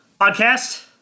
Podcast